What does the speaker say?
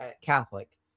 Catholic